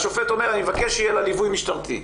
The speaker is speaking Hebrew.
השופט מבקש שיהיה לה ליווי משטרתי.